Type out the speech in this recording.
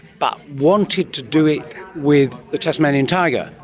but wanted to do it with the tasmanian tiger.